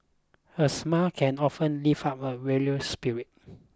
a smile can often lift up a weary spirit